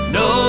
no